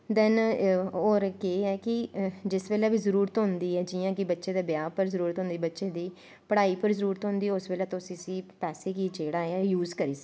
देन होर केह् ऐ कि जिस बेल्लै बी जरूरत होंदी ऐ जियां कि बच्चे दे ब्याह् पर जरूरत होंदी बच्चें दी पढ़ाई पर जरूरत होंदी उस बेल्लै तुस इसी पैसे गी जेह्ड़ा यूज करी सकने